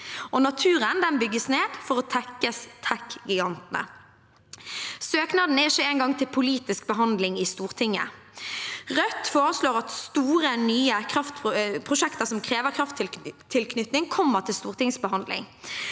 Naturen bygges ned for å tekkes tekgigantene. Søknaden er ikke engang til politisk behandling i Stortinget. Rødt foreslår at store, nye prosjekter som krever krafttilknytning, kommer til stortingsbehandling.